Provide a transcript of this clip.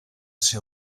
ser